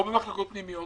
או במחלקות פנימיות